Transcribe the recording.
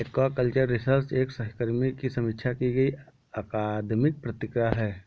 aquaculture research एक सहकर्मी की समीक्षा की गई अकादमिक पत्रिका है